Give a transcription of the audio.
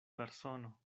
persono